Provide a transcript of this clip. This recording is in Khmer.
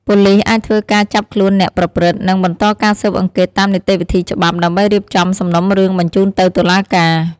ប៉ូលិសអាចធ្វើការចាប់ខ្លួនអ្នកប្រព្រឹត្ត និងបន្តការស៊ើបអង្កេតតាមនីតិវិធីច្បាប់ ដើម្បីរៀបចំសំណុំរឿងបញ្ជូនទៅតុលាការ។